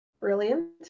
Brilliant